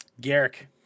Garrick